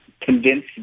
convince